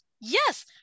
yes